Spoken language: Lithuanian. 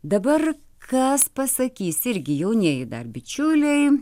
dabar kas pasakys irgi jaunieji dar bičiuliai